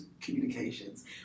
communications